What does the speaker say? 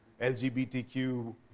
LGBTQ